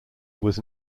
was